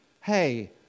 hey